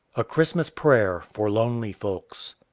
a christmas prayer for lonely folks